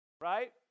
right